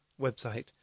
website